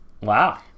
Wow